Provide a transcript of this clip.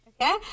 Okay